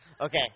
Okay